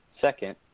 second